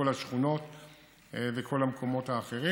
כל השכונות וכל המקומות האחרים.